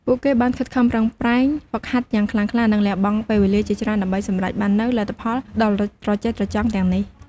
ពួកគេបានខិតខំប្រឹងប្រែងហ្វឹកហាត់យ៉ាងខ្លាំងក្លា និងលះបង់ពេលវេលាជាច្រើនដើម្បីសម្រេចបាននូវលទ្ធផលដ៏ត្រចះត្រចង់ទាំងនេះ។